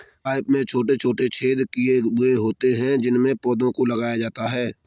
pipe में छोटे छोटे छेद किए हुए होते हैं उनमें पौधों को लगाया जाता है